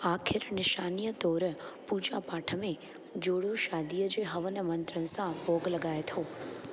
आख़िर निशानीअ तौरु पूजा पाठ में जोड़ो शादीअ जे हवनु मंत्रनि सां भोगु लॻाइ थो